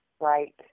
Right